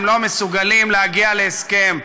הם לא מסוגלים להגיע להסכם,